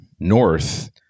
North